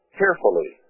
carefully